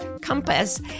compass